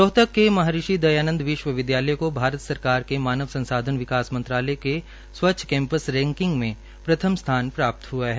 रोहतक महर्षि दयानंद विश्वविद्यालय को भारत सरकार के मानव सरकार के मानव संसाधन विकास मंत्रालय के स्वच्छ कैम्पस रैकिंग में प्रथम स्थान प्राप्त हुआ है